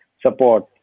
support